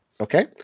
Okay